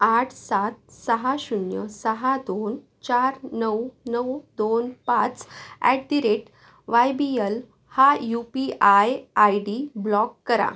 आठ सात सहा शून्य सहा दोन चार नऊ नऊ दोन पाच at the rate Y B L हा U P I I D block करा